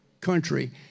country